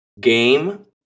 game